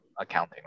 accounting